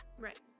Right